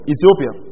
Ethiopia